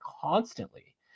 constantly